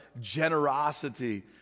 generosity